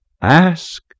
Ask